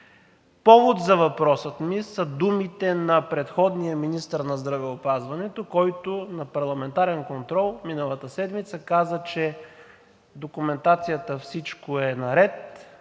Повод за въпроса ми са думите на предходния министър на здравеопазването, който на Парламентарен контрол миналата седмица каза, че с документацията всичко е наред,